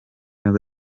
nibwo